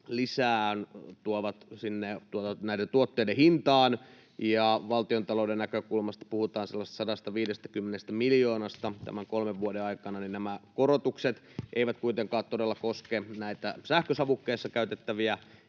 lisää tuovat näiden tuotteiden hintaan, ja valtiontalouden näkökulmasta puhutaan sellaisesta 150 miljoonasta tämän kolmen vuoden aikana — eivät kuitenkaan koske näitä sähkösavukkeissa käytettäviä